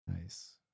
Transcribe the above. nice